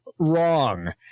Wrong